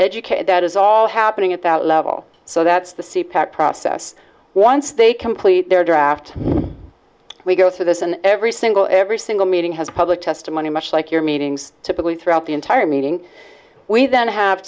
educated that is all happening at that level so that's the see pat process once they complete their draft we go through this in every single every single meeting has public testimony much like your meetings typically throughout the entire meeting we then have